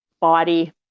body